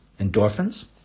endorphins